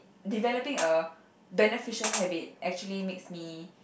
developing a beneficial habit actually makes me